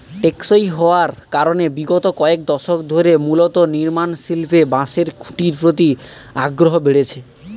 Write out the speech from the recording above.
টেকসই হওয়ার কারনে বিগত কয়েক দশক ধরে মূলত নির্মাণশিল্পে বাঁশের খুঁটির প্রতি আগ্রহ বেড়েছে